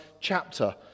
chapter